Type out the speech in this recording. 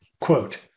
Quote